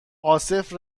عاصف